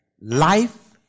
life